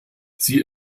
sie